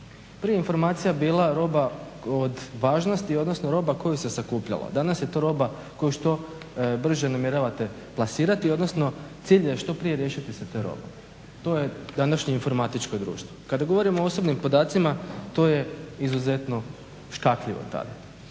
Prije je informacija bila roba od važnosti, odnosno roba koju se sakupljalo. Danas je to roba koju što brže namjeravate plasirati, odnosno cilj je što prije riješiti se te robe. To je današnje informatičko društvo. Kada govorimo o osobnim podacima to je izuzetno škakljivo.